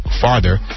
farther